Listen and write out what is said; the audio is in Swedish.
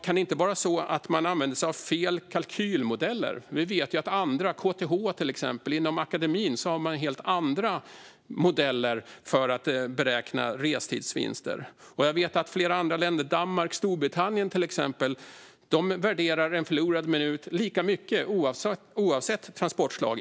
Kan det inte vara så att man använder sig av fel kalkylmodeller? Vi vet att andra, till exempel KTH och inom akademin, använder helt andra modeller för att beräkna restidsvinster. Flera andra länder, till exempel Danmark och Storbritannien, värderar en förlorad minut lika högt oavsett transportslag.